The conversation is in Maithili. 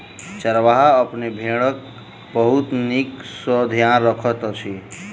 चरवाहा अपन भेड़क बहुत नीक सॅ ध्यान रखैत अछि